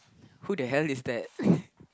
who the hell is that